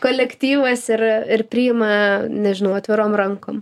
kolektyvas ir ir priima nežinau atvirom rankom